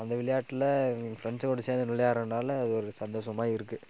அந்த விளையாட்டில் ஃப்ரெண்ட்ஸு கூட சேர்ந்துட்டு விளையாட்றனால அது ஒரு சந்தோஷமாக இருக்கு